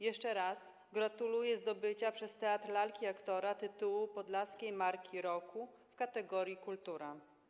Jeszcze raz gratuluję zdobycia przez Teatr Lalki i Aktora tytułu Podlaskiej Marki Roku w kategorii kultura.